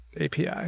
API